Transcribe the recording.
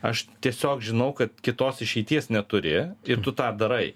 aš tiesiog žinau kad kitos išeities neturi ir tu tą darai